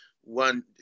one